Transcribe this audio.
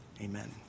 Amen